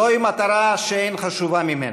זוהי מטרה שאין חשובה ממנה: